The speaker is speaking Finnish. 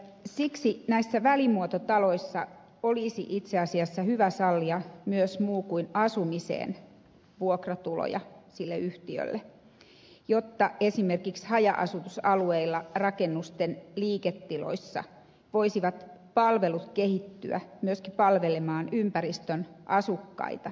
siksi näissä välimuototaloissa olisi itse asiassa hyvä sallia myös muu kuin asuminen tuomaan vuokratuloja yhtiölle jotta esimerkiksi haja asutusalueilla rakennusten liiketiloissa myöskin palvelut voisivat kehittyä palvelemaan ympäristön asukkaita